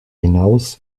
hinaus